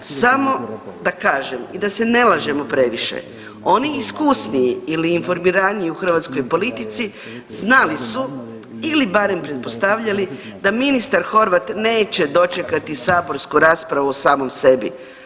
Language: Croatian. Samo da kažem i da se ne lažemo previše, oni iskusniji ili informiraniji u hrvatskoj politici znali su ili barem pretpostavljali da ministar Horvat neće dočekati saborsku raspravu o samom sebi.